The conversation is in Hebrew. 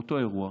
באותו אירוע,